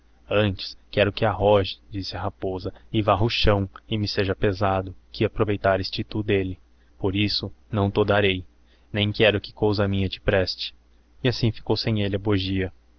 antes quero que arroje disse a rapoza e varra o chão e me seja pesado que aproveitares te tu delle por isso não to darei nem quero que cousa minha te preste e assim ficou sejn elle